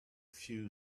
few